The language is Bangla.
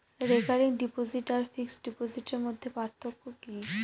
রেকারিং ডিপোজিট আর ফিক্সড ডিপোজিটের মধ্যে পার্থক্য কি?